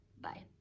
Bye